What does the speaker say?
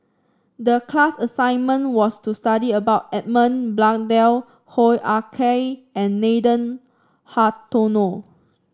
the class assignment was to study about Edmund Blundell Hoo Ah Kay and Nathan Hartono